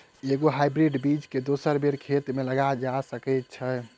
एके गो हाइब्रिड बीज केँ दोसर बेर खेत मे लगैल जा सकय छै?